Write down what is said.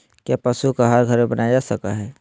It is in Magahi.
क्या पशु का आहार घर में बनाया जा सकय हैय?